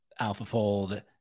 AlphaFold